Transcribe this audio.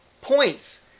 points